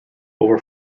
over